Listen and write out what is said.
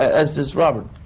as does robert,